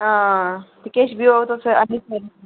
हां ते किश बी होग ते तुस असें गी सनाई सकदे हो